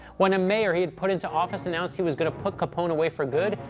when a mayor he had put into office announced he was gonna put capone away for good,